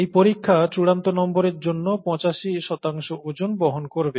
এই পরীক্ষা চূড়ান্ত নম্বরের জন্য 85 শতাংশ ওজন বহন করবে